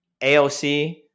AOC